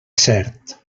cert